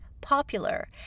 popular